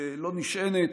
שלא נשענת